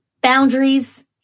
boundaries